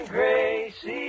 Gracie